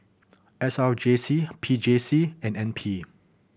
S R J C P J C and N P